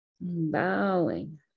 Bowing